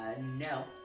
No